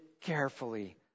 carefully